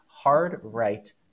hard-right